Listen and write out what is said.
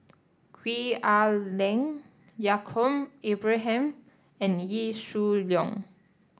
Gwee Ah Leng Yaacob Ibrahim and Wee Shoo Leong